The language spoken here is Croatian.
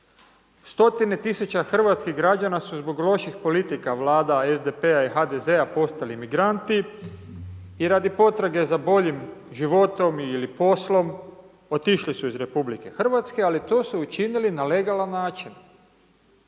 stotina tisuća hrvatskih građana su zbog loših politika Vlada SDP-a i HDZ-a postali migranti i radi potrage za boljim životom ili poslom otišli su iz RH ali to su učinili na legalan način.